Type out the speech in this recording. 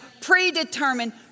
predetermined